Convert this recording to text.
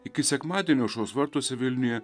iki sekmadienio aušros vartuose vilniuje